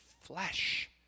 flesh